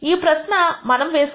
ఈ ప్రశ్న మనము వేసుకోవాలి